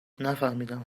نفهمیدم